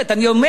אני אומר,